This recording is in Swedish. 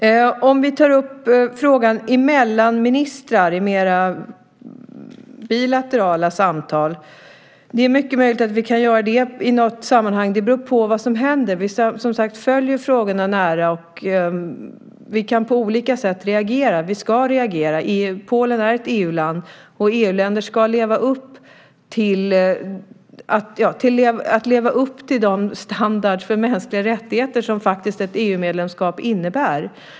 Det frågades om vi tar upp frågan ministrar emellan i mer bilaterala samtal. Det är mycket möjligt att vi kan göra det i något sammanhang. Det beror på vad som händer. Vi följer som sagt frågorna nära och kan på olika sätt reagera. Vi ska reagera. Polen är ett EU-land, och EU-länder ska leva upp till den standard för mänskliga rättigheter som ett EU-medlemskap faktiskt innebär.